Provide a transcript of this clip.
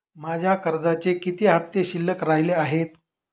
माझ्या कर्जाचे किती हफ्ते शिल्लक राहिले आहेत?